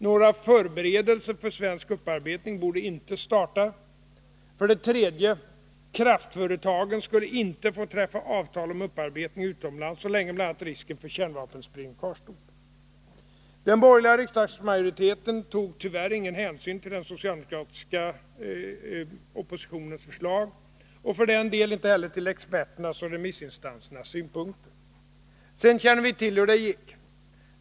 Några förberedelser för svensk upparbetning borde inte starta. 3. Kraftföretagen skulle inte få träffa avtal om upparbetning utomlands så länge bl.a. risken för kärnvapenspridning kvarstod. Den borgerliga riksdagsmajoriteten tog tyvärr ingen hänsyn till den socialdemokratiska oppositionens uppfattning och för den delen inte heller till experternas och remissinstansernas synpunkter. Sedan känner vi till hur det gick.